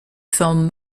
film